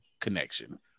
connection